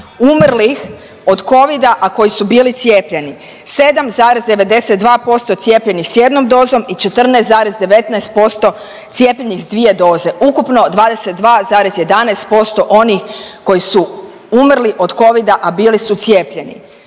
umrlih od Covida, a koji su bili cijepljeni 7,92% cijepljenih s jednom dozom i 14,19% cijepljenih s dvije doze, ukupno 22,11% onih koji su umrli od Covida, a bili su cijepljeni.